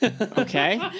Okay